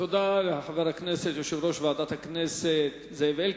תודה לחבר הכנסת, יושב-ראש ועדת הכנסת זאב אלקין.